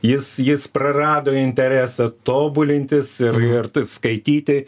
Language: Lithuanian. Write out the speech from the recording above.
jis jis prarado interesą tobulintis ir ir skaityti